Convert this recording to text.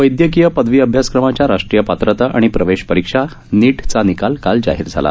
वैदयकीय पदवी अभ्यासक्रमांच्या राष्ट्रीय पात्रता आणि प्रवेश परीक्षा नीटचा निकाल काल जाहीर झाला